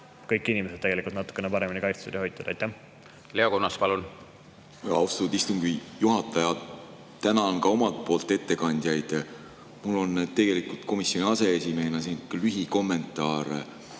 kõik inimesed tegelikult natukene paremini kaitstud ja hoitud. Leo Kunnas, palun! Leo Kunnas, palun! Austatud istungi juhataja! Tänan ka omalt poolt ettekandjaid. Mul on tegelikult komisjoni aseesimehena siin lühikommentaar